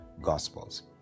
Gospels